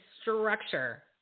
structure